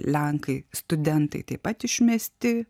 lenkai studentai taip pat išmesti